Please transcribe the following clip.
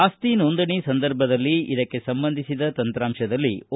ಆಸ್ತಿ ನೊಂದಣಿ ಸಂದರ್ಭದಲ್ಲಿ ಇದಕ್ಕೆ ಸಂಬಂಧಿಸಿದ ತಂತ್ರಾಂಶದಲ್ಲಿ ಓ